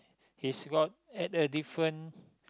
his rod at a different